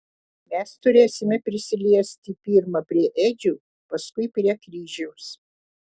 mes turėsime prisiliesti pirma prie ėdžių paskui prie kryžiaus